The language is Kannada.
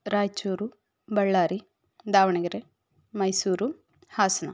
ರಾಯಚೂರು ಬಳ್ಳಾರಿ ದಾವಣಗೆರೆ ಮೈಸೂರು ಹಾಸನ